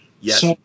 Yes